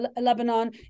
Lebanon